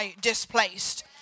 displaced